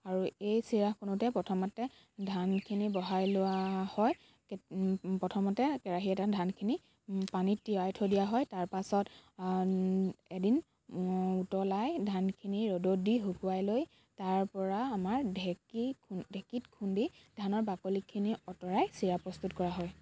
আৰু এই চিৰা খুন্দোতে প্ৰথমতে ধানখিনি বঢ়াই লোৱা হয় কেত প্ৰথমতে কেৰাহী এটাত ধানখিনি পানীত তিয়াই থৈ দিয়া হয় তাৰ পাছত এদিন উতলাই ধানখিনি ৰ'দত দি শুকুৱাই লৈ তাৰ পৰা আমাৰ ঢেঁকীত ঢেঁকীত খুন্দি ধানৰ বাকলিখিনি অঁতৰাই চিৰা প্ৰস্তুত কৰা হয়